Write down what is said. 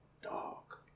dog